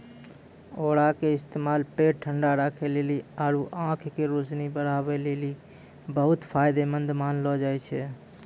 औरा के इस्तेमाल पेट ठंडा राखै लेली आरु आंख के रोशनी बढ़ाबै लेली बहुते फायदामंद मानलो जाय छै